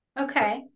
Okay